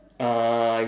uh